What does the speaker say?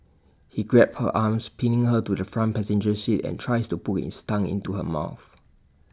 he grabbed her arms pinning her to the front passenger seat and tries to put his tongue into her mouth